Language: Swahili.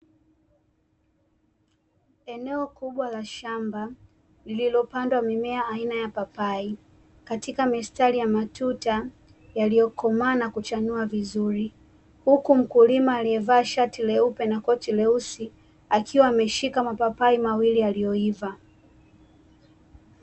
Eneo kubwa la shamba lililopandwa mimea aina ya papai, katika mistari ya matuta yaliyokomaa na kuchanua vizuri. Huku mkulima aliyevaa shati leupe na koti leusi, akiwa ameshika mapapai mawili yaliyoiva.